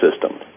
system